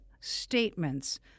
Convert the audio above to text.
statements